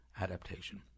adaptation